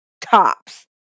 Tops